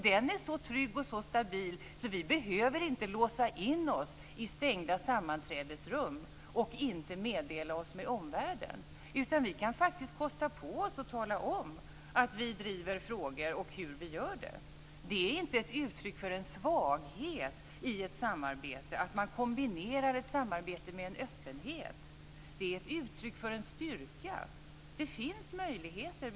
Det är så tryggt och stabilt att vi inte behöver låsa in oss i stängda sammanträdesrum utan att meddela oss med omvärlden, utan vi kan faktiskt kosta på oss att tala om att vi driver frågor och hur vi gör det. Det är inte ett uttryck för en svaghet i ett samarbete att man kombinerar det med en öpppenhet, utan det är ett uttryck för en styrka. Det finns möjligheter.